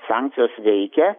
sankcijos veikia